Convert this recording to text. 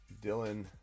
dylan